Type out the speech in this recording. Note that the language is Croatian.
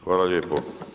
Hvala lijepo.